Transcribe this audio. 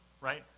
right